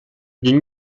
ging